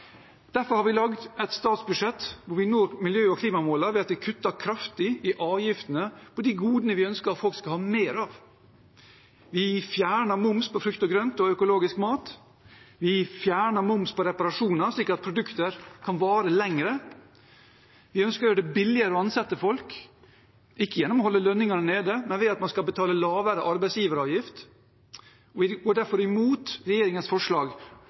Derfor har vi lagd et statsbudsjett hvor vi når miljø- og klimamålene ved at vi kutter kraftig i avgiftene på de godene vi ønsker at folk skal ha mer av. Vi fjerner moms på frukt og grønt og økologisk mat. Vi fjerner moms på reparasjoner, slik at produkter kan vare lenger. Vi ønsker å gjøre det billigere å ansette folk – ikke gjennom å holde lønningene nede, men ved at man skal betale lavere arbeidsgiveravgift. Vi er derfor imot regjeringens forslag